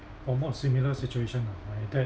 almost similar situation ah my dad